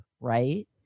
right